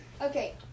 okay